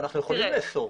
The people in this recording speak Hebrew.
אנחנו יכולים לאסור.